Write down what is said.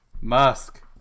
musk